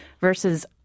versus